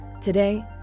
Today